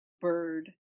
bird